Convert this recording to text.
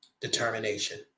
Determination